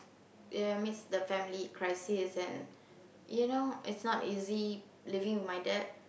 ya amidst the family crisis and you know it's not easy living with my dad